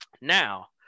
now